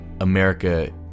America